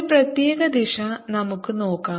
ഒരു പ്രത്യേക ദിശ നമുക്ക് നോക്കാം